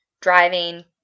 driving